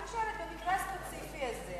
אני שואלת: במקרה הספציפי הזה,